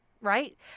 Right